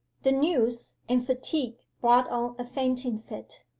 the news, and fatigue, brought on a fainting-fit.